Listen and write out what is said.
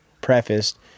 prefaced